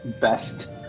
best